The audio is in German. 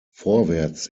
vorwärts